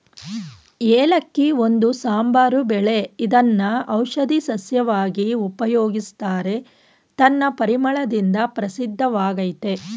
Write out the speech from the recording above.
ಏಲಕ್ಕಿ ಒಂದು ಸಾಂಬಾರು ಬೆಳೆ ಇದ್ನ ಔಷಧೀ ಸಸ್ಯವಾಗಿ ಉಪಯೋಗಿಸ್ತಾರೆ ತನ್ನ ಪರಿಮಳದಿಂದ ಪ್ರಸಿದ್ಧವಾಗಯ್ತೆ